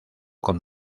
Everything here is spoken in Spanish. con